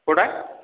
କେଉଁଟା